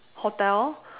hotel